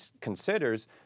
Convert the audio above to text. considers